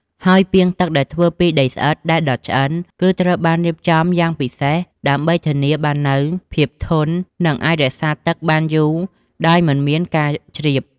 ហើយពាងដែលធ្វើពីដីស្អិតដែលដុតឆ្អិន គឺត្រូវបានរៀបចំយ៉ាងពិសេស ដើម្បីធានាបាននូវភាពធន់ និងអាចរក្សាទឹកបានយូរដោយមិនមានការជ្រាប។